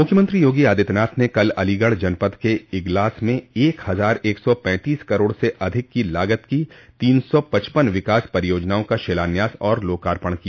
मुख्यमंत्री योगी आदित्यनाथ ने कल अलीगढ़ जनपद के इगलास में एक हजार एक सौ पैंतीस करोड़ से अधिक की लागत की तीन सौ पचपन विकास परियोजनाओं का शिलान्यास और लोकार्पण किया